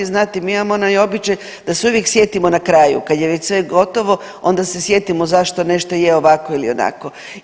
Znate, mi imamo onaj običaj da se uvijek sjetimo na kraju kad je već sve gotovo onda se sjetimo zašto nešto je ovako ili onako.